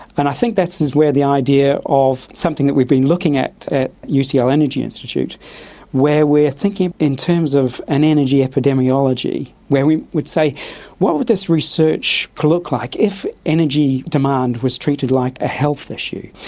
and i think that's where the idea of something that we've been looking at at ucl energy institute where we are thinking in terms of an energy epidemiology where we would say what would this research look like if energy demand was treated like a health issue.